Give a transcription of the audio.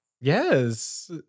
Yes